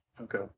Okay